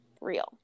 real